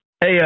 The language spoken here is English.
Hey